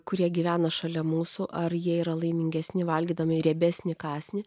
kurie gyvena šalia mūsų ar jie yra laimingesni valgydami riebesnį kąsnį